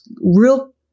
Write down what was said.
real